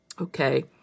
Okay